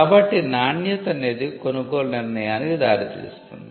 కాబట్టి నాణ్యత అనేది కొనుగోలు నిర్ణయానికి దారితీస్తుంది